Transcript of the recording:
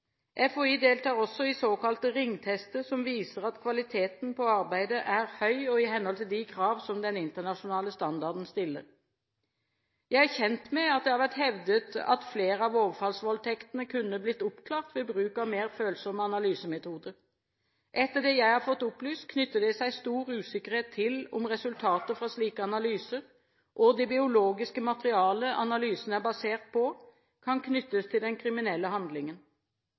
deltar også i såkalte ringtester som viser at kvaliteten på arbeidet er høy og i henhold til de krav som den internasjonale standarden stiller. Jeg er kjent med at det har vært hevdet at flere av overfallsvoldtektene kunne blitt oppklart ved bruk av mer følsomme analysemetoder. Etter det jeg har fått opplyst, knytter det seg stor usikkerhet til om resultatet fra slike analyser og det biologiske materialet analysen er basert på, kan knyttes til den kriminelle handlingen.